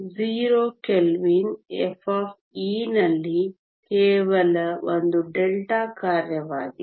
0 kelvin f ನಲ್ಲಿ ಕೇವಲ ಒಂದು ಡೆಲ್ಟಾ ಕಾರ್ಯವಾಗಿದೆ